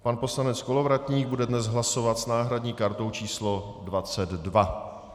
Pan poslanec Kolovratník bude dnes hlasovat s náhradní kartou č. 22.